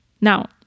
Now